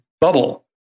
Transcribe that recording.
bubble